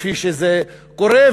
כפי שזה קורה,